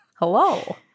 Hello